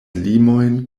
limojn